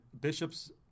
bishops